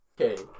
Okay